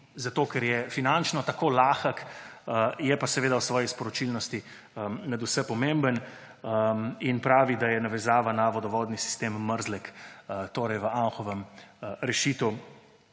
zato, ker je finančno tako lahek, je pa seveda v svoji sporočilnosti nadvse pomemben in pravi, da je navezava na vodovodni sistem Mrzlek v Anhovem rešitev,